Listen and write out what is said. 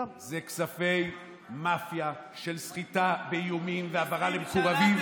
זה כספי מאפיה של סחיטה באיומים והעברה למכובדים,